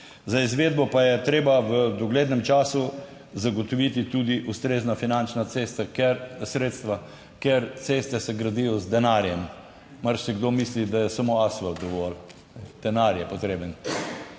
Za izvedbo pa je treba v doglednem času zagotoviti tudi ustrezna finančna cesta, ker sredstva, ker ceste se gradijo z denarjem. Marsikdo misli, da je samo asfalt dovolj, denar je potreben.